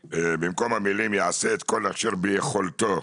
המלים "יעשה את כל אשר ביכולתו",